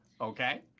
Okay